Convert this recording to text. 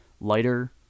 lighter